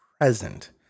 present